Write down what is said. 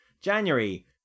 January